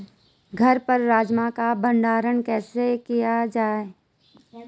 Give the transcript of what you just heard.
घर पर राजमा का भण्डारण कैसे किया जाय?